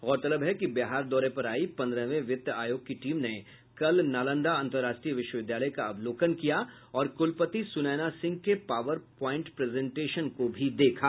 गौरतलब है कि बिहार दौरे पर आई पन्द्रहवें वित्त आयोग की टीम ने नालंदा अन्तर्राष्ट्रीय विश्वविद्यालय का अवलोकन किया और कुलपति सुनैना सिंह के पॉवर प्वाइंट प्रेजेन्टेशन को भी देखा